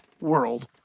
world